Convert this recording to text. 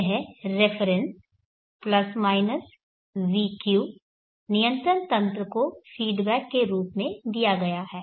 यह reference plus minus vq नियंत्रण तंत्र को फीडबैक के रूप में दिया गया है